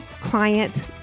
client